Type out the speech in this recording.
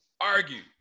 Argue